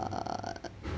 err